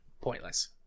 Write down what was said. Pointless